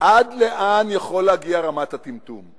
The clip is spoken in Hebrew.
עד לאן יכולה להגיע רמת הטמטום.